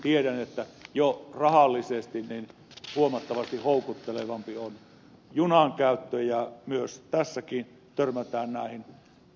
tiedän että jo rahallisesti huomattavasti houkuttelevampi on junan käyttö ja myös tässä törmätään näin